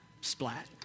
splat